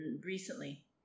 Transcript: recently